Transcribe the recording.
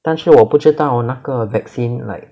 但是我不知道那个 vaccine like